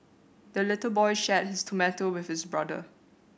the little boy shared his tomato with his brother